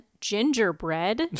Gingerbread